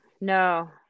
No